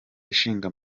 ishinga